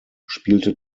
spielte